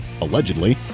allegedly